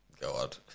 God